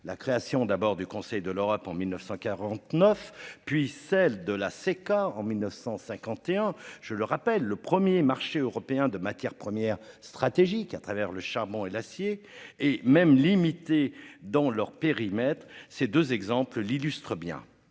la création d'abord du Conseil de l'Europe en 1949 puis celle de la CECA en 1951, je le rappelle, le 1er marché européen de matières premières stratégiques à travers le charbon et l'acier et même limités dans leur périmètre ces 2 exemples illustrent bien